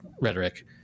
rhetoric